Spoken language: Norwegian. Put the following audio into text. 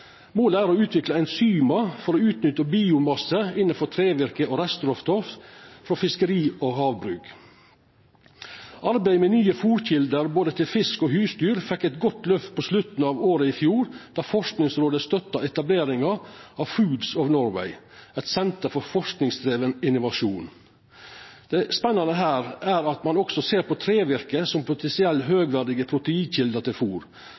Målet er å utvikla enzym for å utnytta biomasse innanfor trevirke og restråstoff frå fiskeri og havbruk. Arbeidet med nye fôrkjelder til både fisk og husdyr fekk eit godt løft på slutten av året i fjor, då Forskingsrådet støtta etableringa av Foods of Norway, eit senter for forskingsdriven innovasjon. Det spennande her er at ein også ser på trevirke som potensiell høgverdig proteinkjelde til